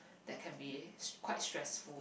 that can be quite stressful